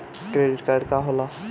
Credit card का होला?